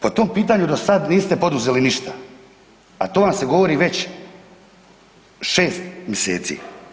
Po tom pitanju do sad niste poduzeli ništa, a to vam se govori već šest mjeseci.